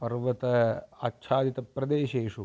पर्वत आच्छादितप्रदेशेषु